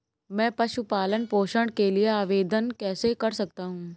मैं पशु पालन पोषण के लिए आवेदन कैसे कर सकता हूँ?